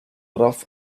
rough